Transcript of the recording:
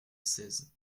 seize